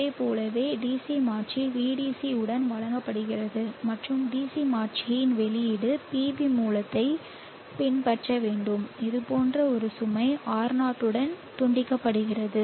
இதைப் போலவே DC மாற்றி Vdc உடன் வழங்கப்படுகிறது மற்றும் DC மாற்றியின் வெளியீடு PV மூலத்தைப் பின்பற்ற வேண்டும் இது போன்ற ஒரு சுமை R0 உடன் துண்டிக்கப்படுகிறது